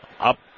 Up